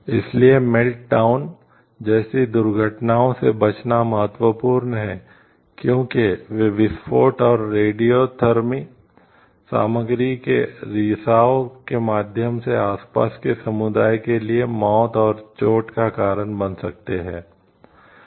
इसलिए मेल्टडाउन सामग्री के रिसाव के माध्यम से आसपास के समुदाय के लिए मौत और चोट का कारण बन सकते हैं